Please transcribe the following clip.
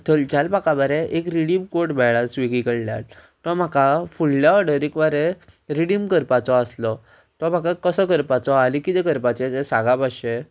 थंयच्यान म्हाका मरे एक रिडीम कोड मेळ्ळा स्विगी कडल्यान तो म्हाका फुडल्या ऑर्डरीक मरे रिडीम करपाचो आसलो तो म्हाका कसो करपाचो आनी कितें करपाचें तें सांगा मातशे